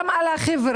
גם על החברה,